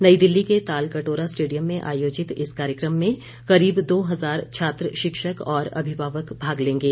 नई दिल्ली के Talkatora stadium में आयोजित इस कार्यक्रम में करीब दो हजार छात्र शिक्षक और अभिभावक भाग लेंगे